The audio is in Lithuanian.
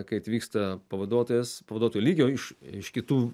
kai atvyksta pavaduotojas pavaduotojo lygio iš iš kitų